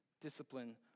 Discipline